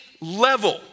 level